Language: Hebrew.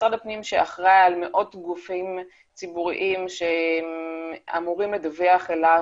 משרד הפנים שאחראי על מאות גופים ציבוריים שאמורים לדווח אליו